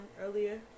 earlier